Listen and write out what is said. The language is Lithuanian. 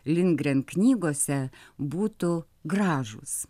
lindgren knygose būtų gražūs